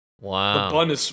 Wow